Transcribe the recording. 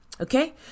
Okay